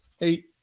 eight